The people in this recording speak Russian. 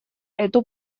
эту